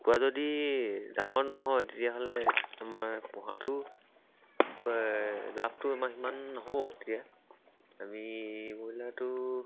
কুকুৰা যদি ডাঙৰ নহয় তেতিয়াহ'লে আমাৰ পোহাটো কি কয় লাভটো আমাৰ সিমান নহ'ব তেতিয়া আমি ব্ৰইলাৰটো